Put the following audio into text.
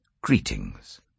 Greetings